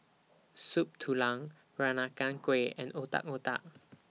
Soup Tulang Peranakan Kueh and Otak Otak